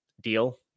deal